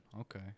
Okay